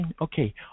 Okay